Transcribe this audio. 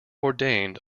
ordained